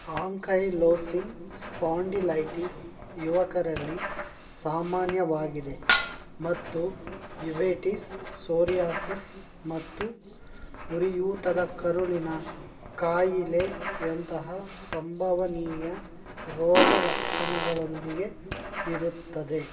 ankylosing spondylitis ಯುವಕರಲ್ಲಿ ಸಾಮಾನ್ಯವಾಗಿದೆ ಮತ್ತು ಯುವೆಟಿಸ್ ಸೋರಿಯಾಸಿಸ್ ಮತ್ತು ಉರಿಯೂತದ ಕರುಳಿನ ಕಾಯಿಲೆಯಂತಹ ಸಂಭವನೀಯ ರೋಗಲಕ್ಷಣಗಳೊಂದಿಗೆ ಇರುತ್ತದೆ